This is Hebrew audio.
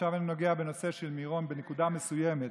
עכשיו אני נוגע בנושא של מירון בנקודה מסוימת,